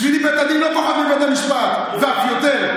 בשבילי בית הדין לא פחות מבית המשפט ואף יותר,